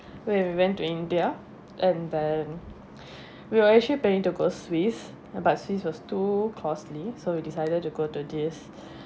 where we went to india and then we were actually paying to go swiss but swiss was too costly so we decided to go to this